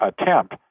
attempt